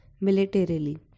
militarily